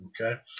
okay